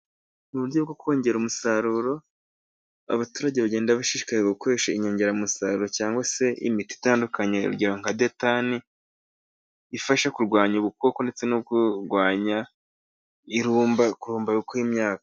Uburyo bwo kongera umusaruro, abaturage bagenda bashishikaye gukoresha inyongera musaruro, cyangwa se imiti itandukanye, urugero nka detani. Ifasha kurwanya ubukoko ndetse no kurwanya irumba kurumba kw'imyaka.